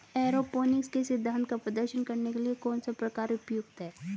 Aeroponics के सिद्धांत का प्रदर्शन करने के लिए कौन सा प्रकार उपयुक्त है?